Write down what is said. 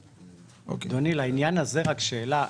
אדוני לעניין הזה רק שאלה,